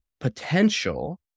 potential